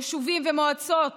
יישובים ומועצות